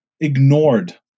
ignored